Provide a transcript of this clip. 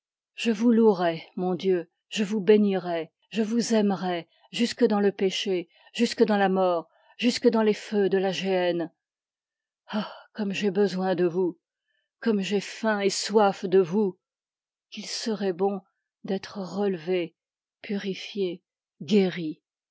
je vous louerai mon dieu je vous bénirai je vous aimerai jusque dans le péché jusque dans la mort jusque dans les feux de la géhenne ah comme j'ai besoin de vous comme j'ai faim et soif de vous qu'il serait bon d'être relevé purifié guéri